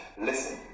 Listen